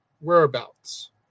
whereabouts